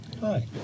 Hi